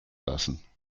lassen